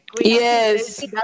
yes